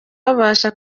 babasha